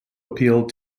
appealed